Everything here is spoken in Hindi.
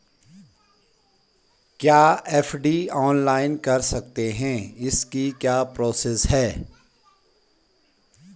क्या एफ.डी ऑनलाइन कर सकते हैं इसकी क्या प्रोसेस है?